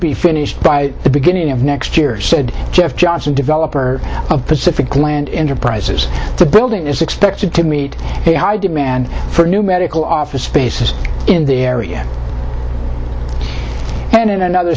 be finished by the beginning of next year said jeff johnson developer of pacific land enterprises the building is expected to meet a high demand for new medical office spaces in the area and in another